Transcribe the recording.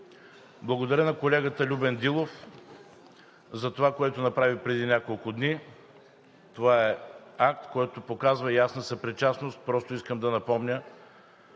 Благодаря на колегата Любен Дилов за това, което направи преди няколко дни. Това е акт, който показва ясна съпричастност, просто искам да напомня,